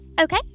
Okay